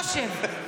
בוא, שב.